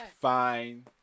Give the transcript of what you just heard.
Fine